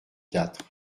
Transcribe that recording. quatre